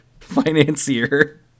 financier